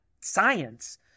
science